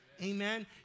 Amen